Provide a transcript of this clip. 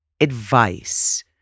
advice